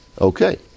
Okay